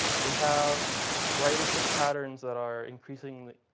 we have ridership patterns that are increasing